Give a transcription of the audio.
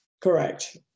Correct